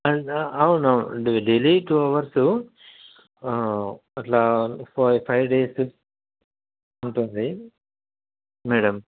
అవునవును డ daily two hours అట్లా ఫై ఫైవ్ డేసు ఉంటుంది మేడం